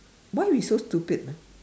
why we so stupid ah